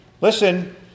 Listen